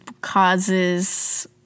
causes